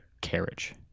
carriage